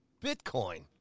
Bitcoin